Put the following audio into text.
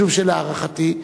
משום שלהערכתי,